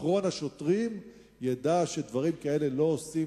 שאחרון השוטרים ידע שדברים כאלה לא עושים,